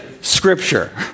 Scripture